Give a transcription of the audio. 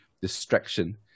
distraction